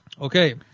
Okay